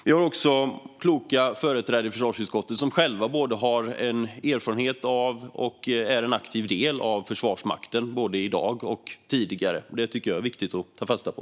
Vi har kloka företrädare i försvarsutskottet som både i dag och tidigare själva har en erfarenhet av och är en aktiv del av Försvarsmakten. Det tycker jag är viktigt att ta fasta på.